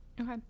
Okay